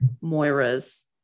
Moira's